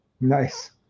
nice